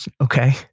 Okay